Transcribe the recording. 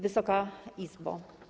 Wysoka Izbo!